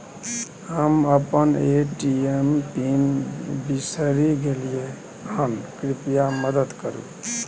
हम अपन ATM pin बिसरि गलियै हन, कृपया मदद करु